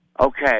Okay